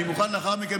אני מוכן לאחר מכן,